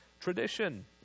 Tradition